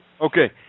Okay